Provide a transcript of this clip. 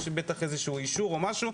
יש בטח איזה אישור או משהו,